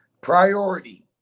Priority